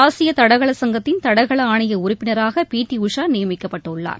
ஆசிய தடகள சங்கத்தின் தடகள ஆணைய உறுப்பினராக பி டி உஷா நியமிக்கப்பட்டுள்ளார்